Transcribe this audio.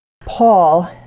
Paul